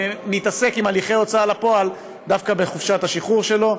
מתעסק עם הליכי הוצאה לפועל דווקא בחופשת השחרור שלו.